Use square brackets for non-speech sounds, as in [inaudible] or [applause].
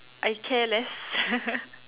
I care less [laughs]